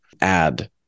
add